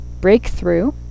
breakthrough